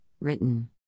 written